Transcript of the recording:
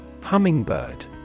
Hummingbird